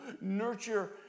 nurture